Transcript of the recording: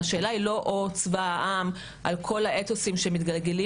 השאלה היא לא או צבא העם על כל אתוסים שמתגלגלים